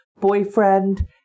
boyfriend